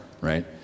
right